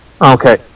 Okay